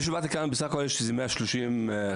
שמעתי כאן שבסך הכול יש איזה 130 כירופרקטים.